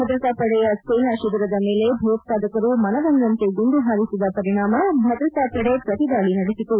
ಭದ್ರತಾ ಪಡೆಯ ಸೇನಾ ಶಿಬಿರದ ಮೇಲೆ ಭಯೋತ್ವಾದಕರು ಮನ ಬಂದಂತೆ ಗುಂಡು ಹಾರಿಸಿದ ಪರಿಣಾಮ ಭದ್ರತಾ ಪದೆ ಪ್ರತಿ ದಾಳಿ ನಡೆಸಿತು